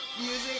music